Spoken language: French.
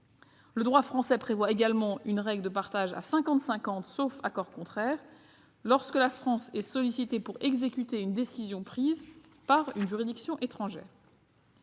Le droit français prévoit également une règle de partage à cinquante-cinquante, sauf accord contraire, lorsque la France est sollicitée pour exécuter une décision prise par une juridiction étrangère.